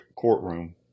courtroom